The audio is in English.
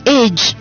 age